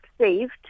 saved